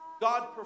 God